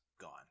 gone